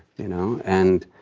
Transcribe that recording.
you know? and,